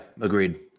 agreed